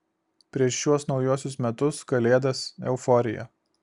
prieš šiuos naujuosius metus kalėdas euforija